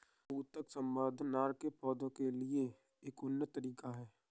ऊतक संवर्धन अनार के पौधों के लिए एक उन्नत तकनीक है